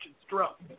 stroke